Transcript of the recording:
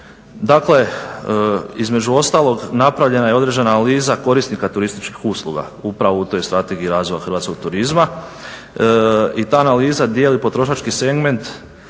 Dakle, između ostalog napravljena je određena analiza korisnika turističkih usluga upravo u toj Strategiji razvoja hrvatskog turizma i ta analiza dijeli potrošački segment